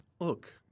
Look